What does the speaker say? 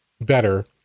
better